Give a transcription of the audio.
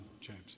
James